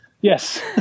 Yes